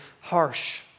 harsh